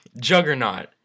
juggernaut